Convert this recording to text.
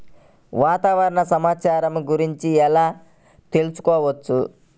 వాతావరణ సమాచారము గురించి ఎలా తెలుకుసుకోవచ్చు?